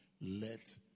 let